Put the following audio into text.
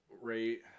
rate